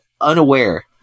unaware